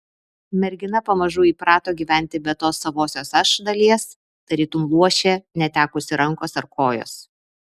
mergina pamažu įprato gyventi be tos savosios aš dalies tarytum luošė netekusi rankos ar kojos